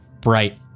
bright